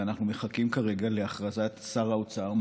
ואנחנו מחכים כרגע להכרזת שר האוצר,